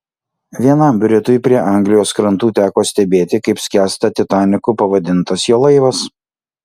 vienam britui prie anglijos krantų teko stebėti kaip skęsta titaniku pavadintas jo laivas